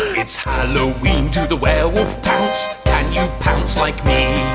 it's halloween. do the werewolf pounce. can you pounce like me?